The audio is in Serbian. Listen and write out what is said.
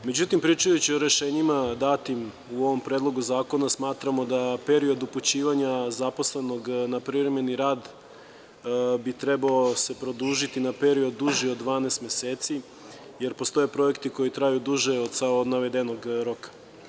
Međutim, pričajući o rešenjima datim u ovom Predlogu zakona, smatram da period upućivanja zaposlenog na privremeni rad bi se trebao produžiti na period duži od 12 meseci, jer postoje projekti koji traju duže od navedenog roka.